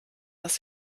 dass